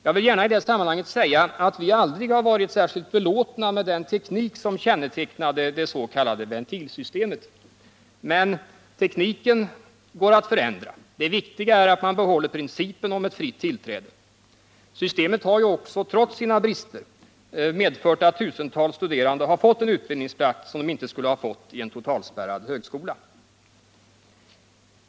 Jag vill gärna i det sammanhanget säga att vi aldrig har varit särskilt belåtna med den teknik som kännetecknade det s.k. ventilsystemet. Men tekniken går att förändra. Det viktiga är att man behåller principen om ett fritt tillträde. Systemet har ju också, trots sina brister, medfört att tusentals studerande fått en utbildningsplats som de inte skulle ha fått i en totalspärrad högskola.